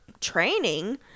training